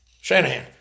Shanahan